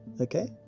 okay